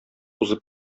узып